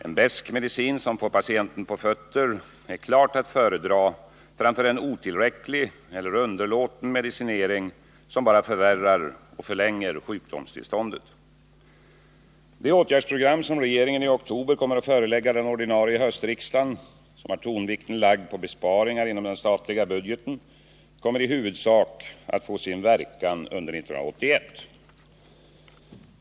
En besk medicin som får patienten på fötter är klart att föredra framför en otillräcklig eller underlåten medicinering som bara förvärrar och förlänger sjukdomstillståndet. Det åtgärdsprogram med tonvikten lagd på besparingar inom den statliga budgeten, som regeringen i oktober kommer att förelägga den ordinarie höstriksdagen, kommer i huvudsak att få sin verkan under 1981.